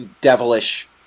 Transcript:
devilish